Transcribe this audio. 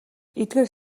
эдгээр